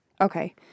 Okay